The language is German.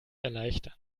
erleichtern